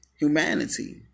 humanity